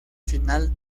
final